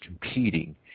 competing